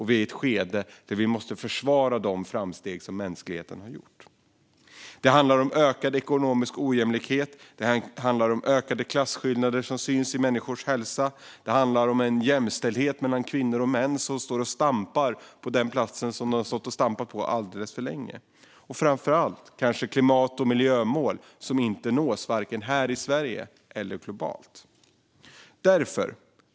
Vi är i ett skede där vi måste försvara de framsteg som mänskligheten har gjort. Det handlar om ökad ekonomisk ojämlikhet. Det handlar om ökade klasskillnader som syns i människors hälsa. Det handlar om en jämställdhet mellan kvinnor och män som står och stampar på samma plats där den stått alldeles för länge. Och framför allt handlar det om klimat och miljömål som inte nås vare sig här i Sverige eller globalt.